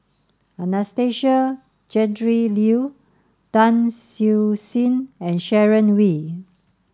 Anastasia Tjendri Liew Tan Siew Sin and Sharon Wee